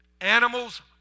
Animals